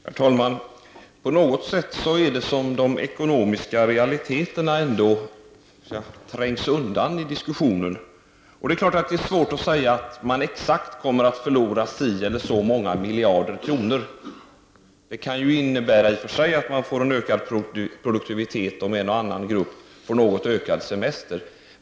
Herr talman! På något sätt är det som om de ekonomiska realiteterna ändå trängs undan i diskussionen. Det är klart att det är svårt att säga att man kommer att förlora exakt si eller så många miljarder kronor. Det kan ju i och för sig innebära att man får en ökad produktivitet och att en och annan grupp får något ökad semester.